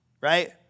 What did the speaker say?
right